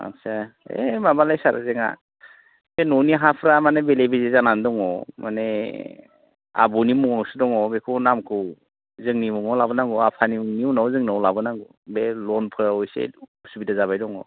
आदसा ओइ माबालै सार जोहा बे न'नि हाफ्रा माने बेले बेजे जानानै दङ माने आबौनि मुङावसो दङ बेखौ नामखौ जोंनि मुङाव लाबोनांगौ आफानि मुंनि उनाव जोंनाव लाबोनांगौ बे लनफ्राव एसे उसुबिदा जाबाय दङ